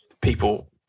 people